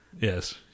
Yes